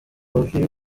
wari